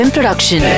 Production